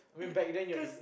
it cause